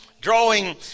Drawing